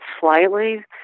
slightly